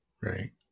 Right